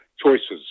choices